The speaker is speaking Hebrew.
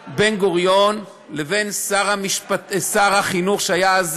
בין בן-גוריון לבין שר החינוך שהיה אז,